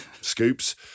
scoops